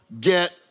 get